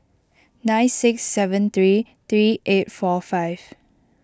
nine six seven three three eight four five